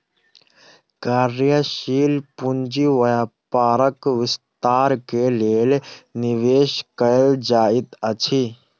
कार्यशील पूंजी व्यापारक विस्तार के लेल निवेश कयल जाइत अछि